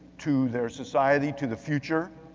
to their society, to the future.